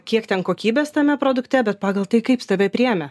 kiek ten kokybės tame produkte bet pagal tai kaip jis tave priėmė